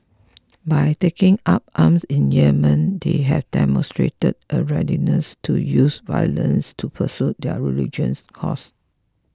by taking up arms in Yemen they have demonstrated a readiness to use violence to pursue their religious cause